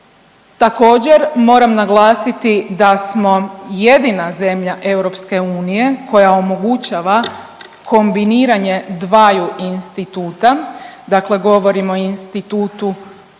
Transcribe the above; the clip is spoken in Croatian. Također moram naglasiti da smo jedina zemlja Europske unije koja omogućava kombiniranje dvaju instituta. Dakle, govorimo o institutu